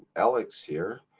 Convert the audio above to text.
alex here,